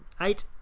eight